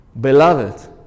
Beloved